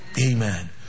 Amen